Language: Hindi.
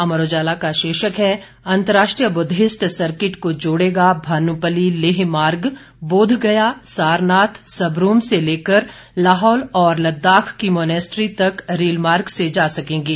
अमर उजाला का शीर्षक हैं अंतर्राष्ट्रीय बुद्धिस्ट सर्किट को जोड़ेगा भानुपल्ली लेह मार्ग बोध गया सारनाथ सबरूम से लेकर लाहौल और लद्दाख की मोनेस्ट्री तक रेलमार्ग से जा सकेंगे